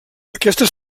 aquestes